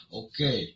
okay